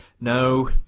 No